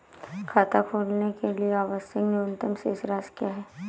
खाता खोलने के लिए आवश्यक न्यूनतम शेष राशि क्या है?